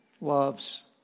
loves